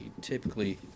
Typically